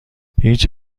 هیچ